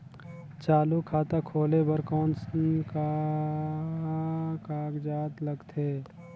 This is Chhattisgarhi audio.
चालू खाता खोले बर कौन का कागजात लगथे?